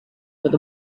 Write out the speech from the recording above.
where